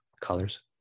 colors